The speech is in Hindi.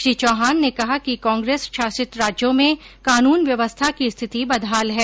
श्री चौहान ने कहा कि कांग्रेस शासित राज्यों में कानून व्यवस्था की स्थिति बदहाल है